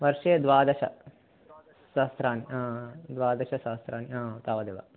वर्षे द्वादशसहस्राणि हा हा द्वादशसहस्राणि हा तावदेव